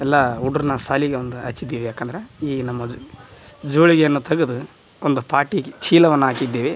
ಎಲ್ಲಾ ಹುಡುಗ್ರನ್ನಾ ಶಾಲಿಗೆ ಒಂದು ಹಚ್ಚಿದ್ದೀವಿ ಯಾಕಂದ್ರ ಈ ನಮ್ಮ ಜೋಳಿಗಿಯನ್ನ ತೆಗ್ದು ಒಂದು ಪಾಟಿಗಿ ಚೀಲವನ್ನ ಆಕಿದ್ದೇವೆ